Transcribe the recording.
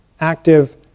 active